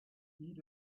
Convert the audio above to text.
beat